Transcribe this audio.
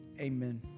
Amen